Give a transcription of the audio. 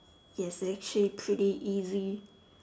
yes it's actually pretty easy